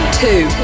two